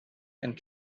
and